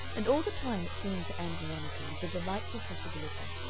and all the time it seemed to ann veronica as a delightful possibility,